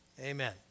Amen